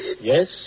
Yes